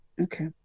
Okay